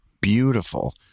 beautiful